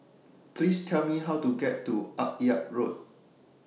Please Tell Me How to get to Akyab Road